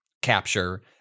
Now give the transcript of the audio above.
capture